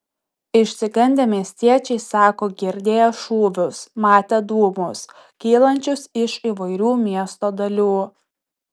išsigandę miestiečiai sako girdėję šūvius matę dūmus kylančius iš įvairių miesto dalių